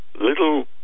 little